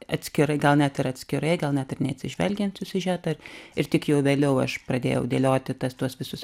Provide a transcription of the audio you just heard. atskirai gal net ir atskirai gal net ir neatsižvelgiant į siužetą ir tik jau vėliau aš pradėjau dėlioti tas tuos visus